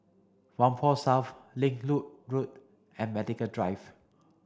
Whampoa South Link Road Road and Medical Drive